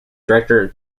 director